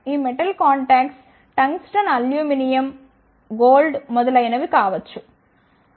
ఈ metal contacts tungsten aluminium బంగారం మొదలైనవి కావచ్చు